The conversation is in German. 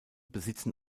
besitzen